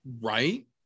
right